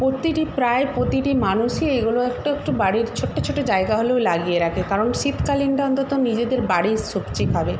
প্রতিটি প্রায় প্রতিটি মানুষই এইগুলো একটু একটু বাড়ির ছোট্ট ছোট্ট জায়গা হলেও লাগিয়ে রাখে কারণ শীতকালীনটা অন্তত নিজেদের বাড়ির সবজি খাবে